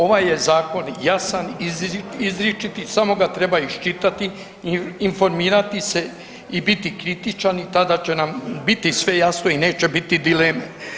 Ovaj je zakon jasan izričit i samo ga treba iščitati, informirati se i biti kritičan i tada će nam biti sve jasno i neće biti dileme.